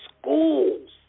schools